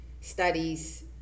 studies